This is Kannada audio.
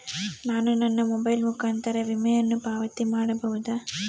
ನಾನು ನನ್ನ ಮೊಬೈಲ್ ಮುಖಾಂತರ ವಿಮೆಯನ್ನು ಪಾವತಿ ಮಾಡಬಹುದಾ?